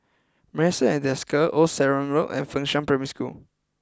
Marrison at Desker Old Sarum Road and Fengshan Primary School